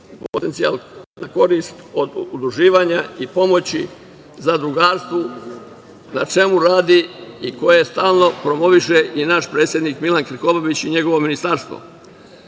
potencijalna korist od udruživanja i pomoći zadrugarstvu, na čemu radi i koje stalno promoviše i naš predsednik Milan Krkobabić i njegovo Ministarstvo. Zadružna